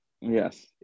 yes